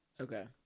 Okay